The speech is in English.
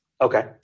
Okay